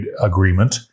agreement